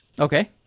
Okay